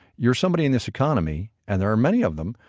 you're somebody in this economy, and there are many of them,